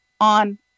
on